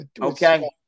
Okay